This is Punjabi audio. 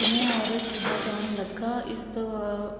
ਘੁਮਿਆਰ ਕਿਹਾ ਜਾਣ ਲੱਗਾ ਇਸ ਤੋਂ ਵਾਵ